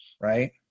Right